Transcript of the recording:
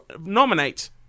nominate